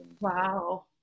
Wow